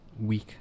week